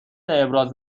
ابراز